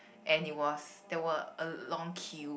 and it was there were a long queue